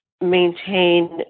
maintain